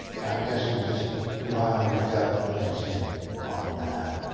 i guess you just rely on your gut instinct on that.